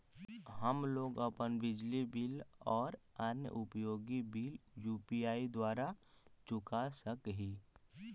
हम लोग अपन बिजली बिल और अन्य उपयोगि बिल यू.पी.आई द्वारा चुका सक ही